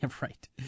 Right